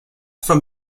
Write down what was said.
from